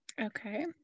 Okay